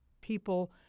People